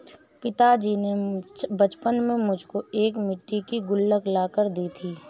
पिताजी ने बचपन में मुझको एक मिट्टी की गुल्लक ला कर दी थी